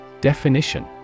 definition